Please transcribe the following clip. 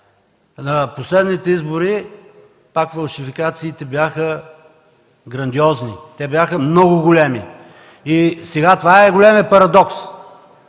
На последните избори фалшификациите пак бяха грандиозни. Те бяха много големи. И сега това е големият парадокс.